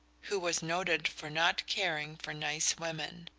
who was noted for not caring for nice women.